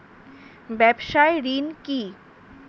ব্যবসায় ঋণ কি?